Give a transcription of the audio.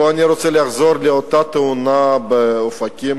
פה אני רוצה לחזור לאותה תאונה שקרתה באופקים,